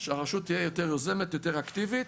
שהרשות תהיה יותר יוזמת, יותר אקטיבית,